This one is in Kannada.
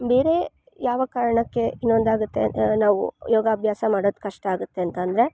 ಬೇರೆ ಯಾವ ಕಾರಣಕ್ಕೆ ಇನ್ನೊಂದು ಆಗುತ್ತೆ ನಾವು ಯೋಗಾಭ್ಯಾಸ ಮಾಡೋದು ಕಷ್ಟ ಆಗುತ್ತೆ ಅಂತ ಅಂದರೆ